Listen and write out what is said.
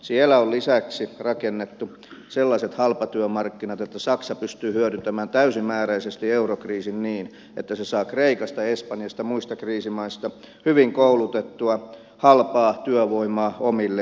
siellä on lisäksi rakennettu sellaiset halpatyömarkkinat jotta saksa pystyy hyödyntämään täysimääräisesti eurokriisin niin että se saa kreikasta espanjasta muista kriisimaista hyvin koulutettua halpaa työvoimaa omille työmarkkinoilleen